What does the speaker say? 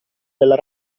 della